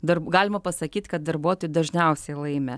dar galima pasakyt kad darbuotojai dažniausiai laimi